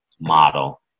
model